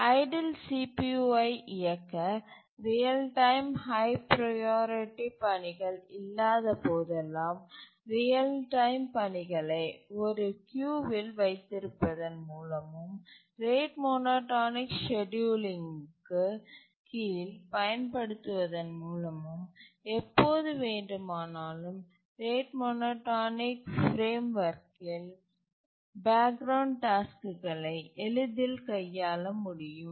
CPU idle ஐ இயக்க real time high priority பணிகள் இல்லாத போதெல்லாம் ரியல் டைம் பணிகளை ஒரு கியூவில் வைத்திருப்பதன் மூலமும் ரேட் மோனோடோனிக் ஷெட்யூலிங்கு கீழ் பயன்படுத்துவதன் மூலமும் எப்போது வேண்டுமானாலும் ரேட் மோனோடோனிக் பிரேம் வொர்க்கில் பேக்ரவுண்ட் டாஸ்க்குகளை எளிதில் கையாள முடியும்